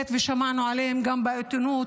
ושמענו עליהם גם בעיתונות,